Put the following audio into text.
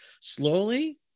slowly